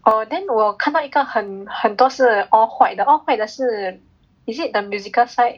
oh then 我看到一个很很多是 all white 的 all white 的是 is it the musical side